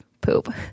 poop